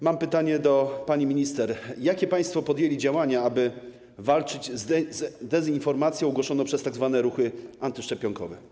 Mam pytanie do pani minister: Jakie państwo podjęli działania, aby walczyć z dezinformacją głoszoną przez tzw. ruchy antyszczepionkowe?